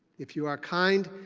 if you are kind,